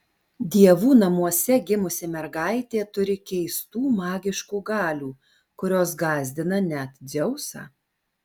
dievų namuose gimusi mergaitė turi keistų magiškų galių kurios gąsdina net dzeusą